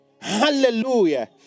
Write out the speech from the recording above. hallelujah